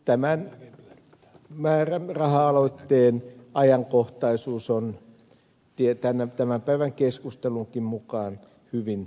tämän määräraha aloitteen ajankohtaisuus on tämän päivän keskustelunkin mukaan hyvin tärkeä